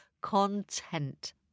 content